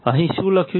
અહીં શું લખ્યું છે